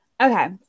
Okay